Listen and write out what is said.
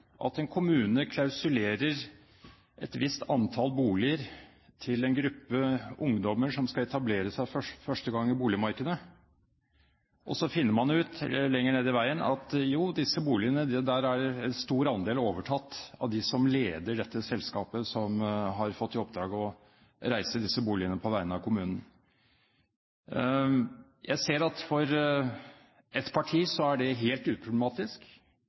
at en kommune klausulerer et visst antall boliger til en gruppe ungdommer som skal etablere seg for første gang i boligmarkedet, og så finner man ut lenger nede i veien at jo, en stor andel av disse boligene er overtatt av dem som leder det selskapet som har fått i oppdrag å reise disse boligene på vegne av kommunen? Jeg ser at for ett parti er det helt uproblematisk.